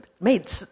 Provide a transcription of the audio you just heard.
made